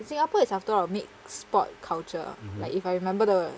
singapore is after all a mixed spot culture like if I remember the word